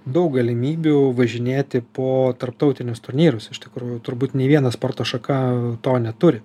daug galimybių važinėti po tarptautinius turnyrus iš tikrųjų turbūt nei viena sporto šaka to neturi